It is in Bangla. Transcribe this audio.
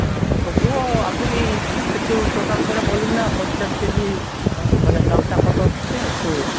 হ্যাঁ তবুও আপনি একটু টোটাল করে বলুন না পঞ্চাশ কেজি মানে দামটা কত হচ্ছে একটু